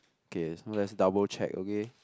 okay now let's double check okay